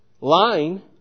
line